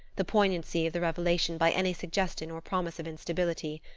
the poignancy of the revelation by any suggestion or promise of instability.